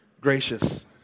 Gracious